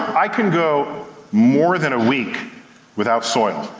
i could go more than a week without soil.